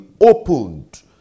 opened